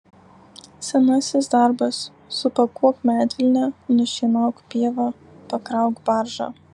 senasis darbas supakuok medvilnę nušienauk pievą pakrauk baržą